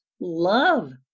love